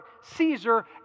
Caesar